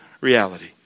reality